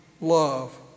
love